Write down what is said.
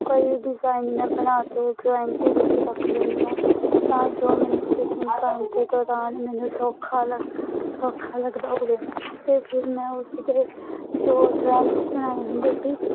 ਕਈ ਡਿਜ਼ਾਇਨ ਮੈਂ ਬਣਾ ਕੇ ਉਹ ਡਰਾਇੰਗ ਦੇ ਵਿੱਚ ਰੱਖ ਲੈਂਦੀ ਹਾਂ ਤਾਂ ਜੋ ਮੈਨੂੰ ਸਟਿਚਿੰਗ ਕਰਨ ਦੇ ਦੌਰਾਨ ਮੈਨੂੰ ਸੌਖਾ ਲਾ ਸੌਖਾ ਲੱਗਦਾ ਹੋਵੇ ਅਤੇ ਫਿਰ ਮੈਂ ਉਸਦੇ ਜੋ ਡਰੈਂਗ ਬਣਾਏ ਹੁੰਦੇ ਸੀ